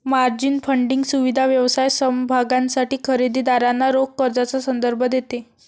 margin funding सुविधा व्यवसाय समभागांसाठी खरेदी दारांना रोख कर्जाचा संदर्भ देते